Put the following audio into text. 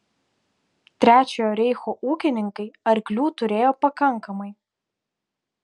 trečiojo reicho ūkininkai arklių turėjo pakankamai